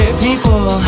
people